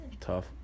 tough